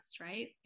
right